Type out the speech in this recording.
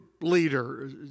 leader